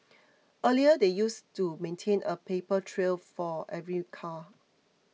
earlier they used to maintain a paper trail for every car